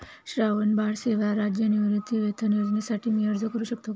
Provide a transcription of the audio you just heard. श्रावणबाळ सेवा राज्य निवृत्तीवेतन योजनेसाठी मी अर्ज करू शकतो का?